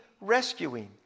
rescuing